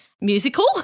musical